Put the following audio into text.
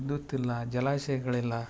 ವಿದ್ಯುತ್ ಇಲ್ಲ ಜಲಾಶಯಗಳಿಲ್ಲ